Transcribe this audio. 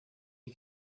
you